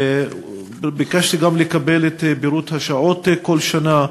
ביקשתי גם לקבל את פירוט השעות כל שנה.